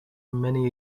many